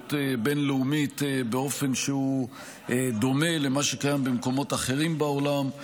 בוררות בין-לאומית באופן שהוא דומה למה שקיים במקומות אחרים בעולם.